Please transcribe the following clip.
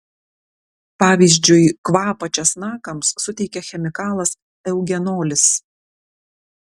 pavyzdžiui kvapą česnakams suteikia chemikalas eugenolis